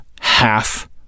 Half